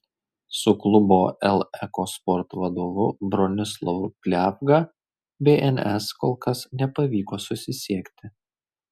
su klubo el eko sport vadovu bronislovu pliavga bns kol kas nepavyko susisiekti